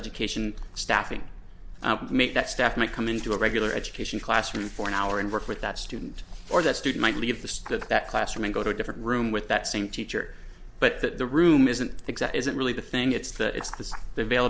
education staffing make that staff might come into a regular education classroom for an hour and work with that student or that student might leave the state of that classroom and go to a different room with that same teacher but that the room isn't that really the thing it's that it's the the veil